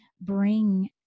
bring